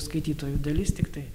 skaitytojų dalis tiktai